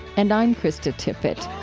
and i'm krista tippett